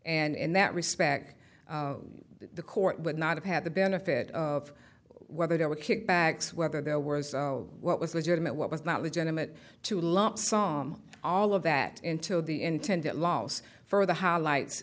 and in that respect the court would not have had the benefit of whether there were kickbacks whether there were what was legitimate what was not legitimate to lump song all of that into the intendant laws for the highlights